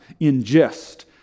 ingest